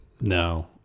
No